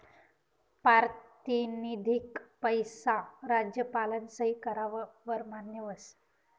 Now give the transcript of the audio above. पारतिनिधिक पैसा राज्यपालना सही कराव वर मान्य व्हस